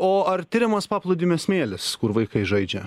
o ar tiriamas paplūdimio smėlis kur vaikai žaidžia